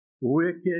wicked